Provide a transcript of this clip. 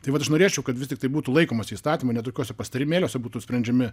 tai vat aš norėčiau kad vis tiktai būtų laikomasi įstatymo ne tokiuose pasitarimėliuose būtų sprendžiami